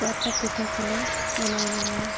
ᱪᱟᱨᱯᱟ ᱯᱤᱴᱷᱟᱹ ᱠᱚᱞᱮ ᱵᱮᱱᱟᱣ ᱵᱟᱲᱟᱭᱟ